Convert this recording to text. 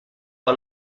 par